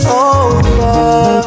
over